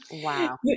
wow